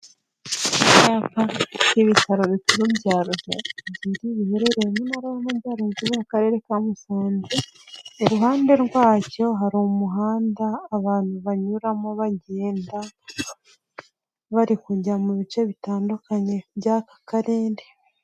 Icyapa n'ibitaro bikuru bya Ruhengeri biherereye mu ntajyaruguru akarere ka Musanze iruhande rwacyo hari umuhanda abantu banyuramo bagenda bari kujya mu bice bitandukanye by'aka karere.